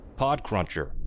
PodCruncher